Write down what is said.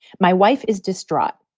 my wife is distraught.